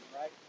right